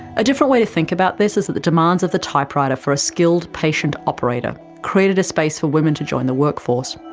a different way to think about this is that the demands of the typewriter for a skilled, patient operator created space for women to join the work force.